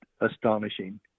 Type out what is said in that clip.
astonishing